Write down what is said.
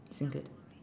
single th~